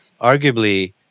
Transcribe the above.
arguably